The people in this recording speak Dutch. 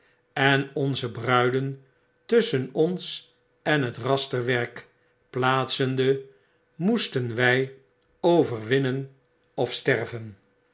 en onze bruiden tusschen ons en het rasterwerk plaatsende moesten wy overwinnen of sterven